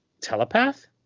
Telepath